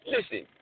Listen